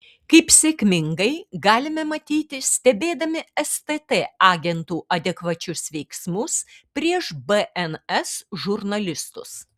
kaip sėkmingai galime matyti stebėdami stt agentų adekvačius veiksmus prieš bns žurnalistus